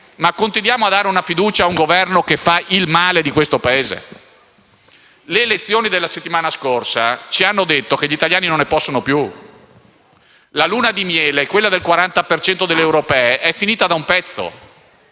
continuare a dare la fiducia a un Governo che fa il male di questo Paese? Le elezioni della settimana scorsa ci hanno detto che gli italiani non ne possono più. La luna di miele, quella del 40 per cento delle elezioni europee, è finita da un pezzo;